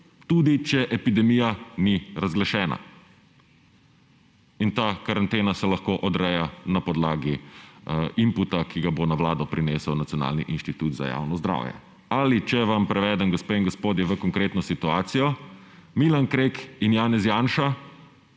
tudi če epidemija ni razglašena. In ta karantena se lahko odreja na podlagi inputa, ki ga bo na Vlado prinesel Nacionalni inštitut za javno zdravje. Ali, če vam prevedem, gospe in gospodje, v konkretno situacijo – Milan Krek in Janez Janša